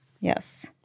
Yes